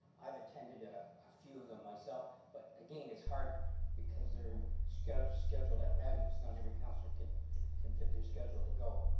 i've attended a few of them myself but again, it's hard because they're scheduled scheduled at random so not every councilor can can fit their schedule to go.